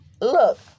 look